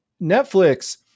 Netflix